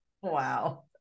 Wow